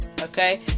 okay